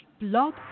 blog